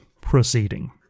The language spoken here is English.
proceeding